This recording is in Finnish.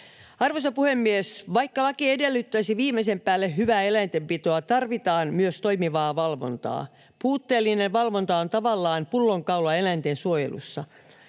Arvoisa puhemies! Vaikka laki edellyttäisi viimeisen päälle hyvää eläintenpitoa, tarvitaan myös toimivaa valvontaa. Puutteellinen valvonta on tavallaan pullonkaula eläintensuojelussa.